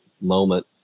moment